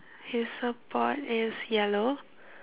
his support is yellow